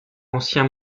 ancien